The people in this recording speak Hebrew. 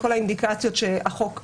כל האינדיקציות שהחוק קובע,